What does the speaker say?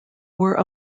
were